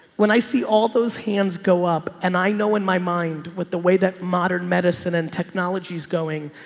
when i see all those hands go up and i know in my mind what the way that modern medicine and technology is going,